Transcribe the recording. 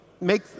make